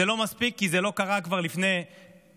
זה לא מספיק כי זה לא קרה כבר לפני חודשיים,